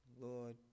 Lord